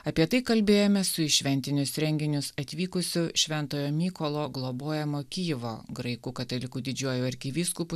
apie tai kalbėjomės su į šventinius renginius atvykusiu šventojo mykolo globojamu kijevo graikų katalikų didžiuoju arkivyskupu